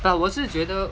but 我是觉得